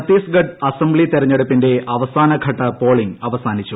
Chhattisgarh assembly തെരഞ്ഞെടുപ്പിന്റെ അവസാനഘട്ട polling അവസാനിച്ചു